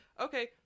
okay